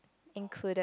included